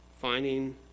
finding